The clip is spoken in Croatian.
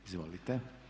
Izvolite.